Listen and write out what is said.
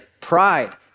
pride